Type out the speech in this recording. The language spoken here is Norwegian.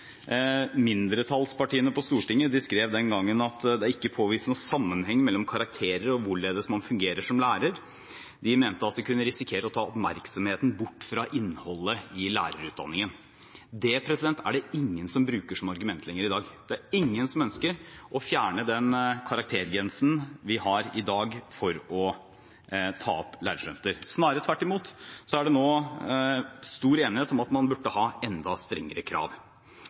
Mindretallspartiene på Stortinget skrev den gangen at det ikke er påvist noen sammenheng mellom karakterer og hvorledes man fungerer som lærer. De mente at det kunne risikere å ta oppmerksomheten bort fra innholdet i lærerutdanningen. Det er det ingen som bruker som argument lenger i dag, det er ingen som ønsker å fjerne den karaktergrensen vi har i dag for å ta opp lærerstudenter. Snarere tvert imot er det nå stor enighet om at man burde ha enda strengere krav.